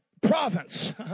province